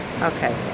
Okay